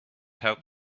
help